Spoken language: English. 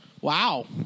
Wow